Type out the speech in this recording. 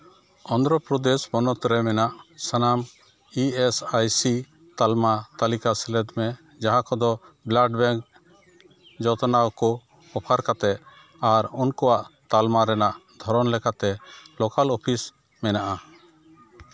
ᱚᱱᱫᱷᱨᱚᱯᱨᱚᱫᱮᱥ ᱯᱚᱱᱚᱛ ᱨᱮ ᱢᱮᱱᱟᱜ ᱥᱟᱱᱟᱢ ᱤ ᱮᱥ ᱟᱭ ᱥᱤ ᱛᱟᱞᱢᱟ ᱛᱟᱹᱞᱤᱠᱟ ᱥᱮᱞᱮᱫ ᱢᱮ ᱡᱟᱦᱟᱸ ᱠᱚᱫᱚ ᱵᱞᱟᱰ ᱵᱮᱝᱠ ᱡᱚᱛᱱᱟᱣ ᱠᱚ ᱚᱯᱷᱟᱨ ᱠᱟᱛᱮ ᱟᱨ ᱩᱱᱠᱩᱣᱟᱜ ᱛᱟᱞᱢᱟ ᱨᱮᱱᱟᱜ ᱫᱷᱚᱨᱚᱱ ᱞᱮᱠᱟᱛᱮ ᱞᱳᱠᱟᱞ ᱚᱯᱷᱤᱥ ᱢᱮᱱᱟᱜᱼᱟ